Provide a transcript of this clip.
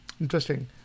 Interesting